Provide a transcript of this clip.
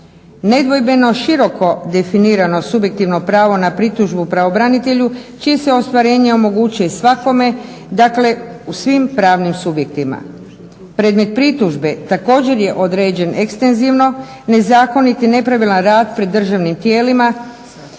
Nedvojbeno široko definiramo subjektivno pravo na pritužbu pravobranitelju čije se ostvarenje omogućuje svakome, dakle u svim pravnim subjektima. Predmet pritužbe također je određen ekstenzivno, nezakonit i nepravilan rad pred državnim tijelima,